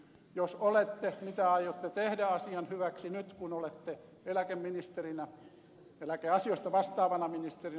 jos olette mitä aiotte tehdä asian hyväksi nyt kun olette eläkeasioista vastaavana ministerinä